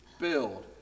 build